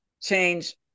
change